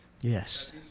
Yes